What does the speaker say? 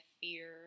fear